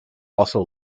also